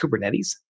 Kubernetes